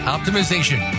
Optimization